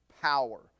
power